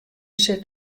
sit